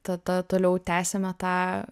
tada toliau tęsėme tą